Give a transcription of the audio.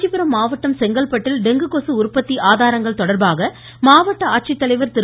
காஞ்சிபுரம் மாவட்டம் செங்கல்பட்டில் டெங்கு கொசு உற்பத்தி ஆதாரங்கள் தொடர்பாக மாவட்ட ஆட்சித் தலைவர் திரு